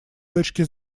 точки